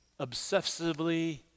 obsessively